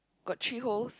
got three holes